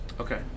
okay